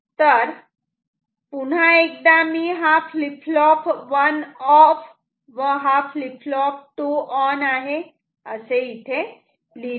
तर पुन्हा एकदा मी FF1 ऑफ व FF2 ऑन आहे असे लिहितो